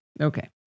Okay